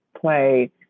play